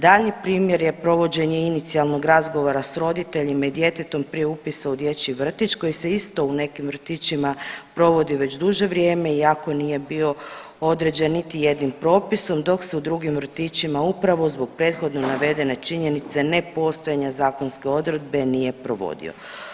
Daljnji primjer je provođenje inicijalnog razgovora s roditeljima i djetetom prije upisa u dječji vrtić koji se isto u nekim vrtićima provodi već duže vrijeme iako nije bio određen niti jednim propisom dok se u drugim vrtićima upravo zbog prethodno navedene činjenice nepostojanja zakonske odredbe nije provodio.